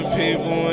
people